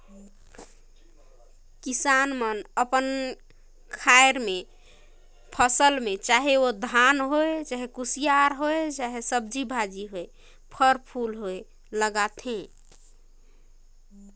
किसान मन अपन खार मे फसिल में चाहे ओ धान होए, कुसियार होए, सब्जी भाजी होए, फर फूल होए लगाथे